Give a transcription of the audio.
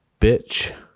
bitch